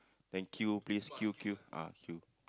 then queue please queue queue ah queue